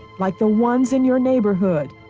like the ones in your neighborhood,